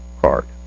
card